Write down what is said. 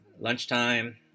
lunchtime